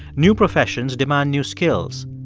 new professions demand new skills.